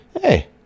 hey